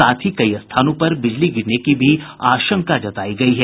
साथ ही कई स्थानों पर बिजली गिरने की भी आशंका जतायी गयी है